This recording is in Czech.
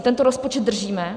Tento rozpočet držíme.